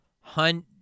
Hunt